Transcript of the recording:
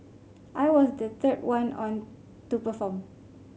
I was the third one on to perform